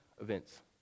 events